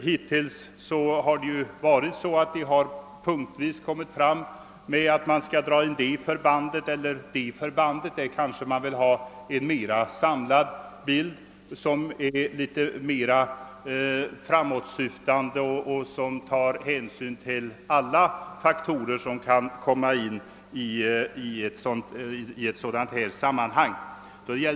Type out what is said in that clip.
Hittills har det t.ex. föreslagits att det och det förbandet skall dras in, men vad man önskar är en mer samlad och framåtsyftande lösning som tar hänsyn till alla faktorer i sammanhanget.